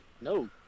No